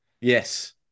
Yes